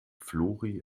flori